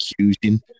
accusing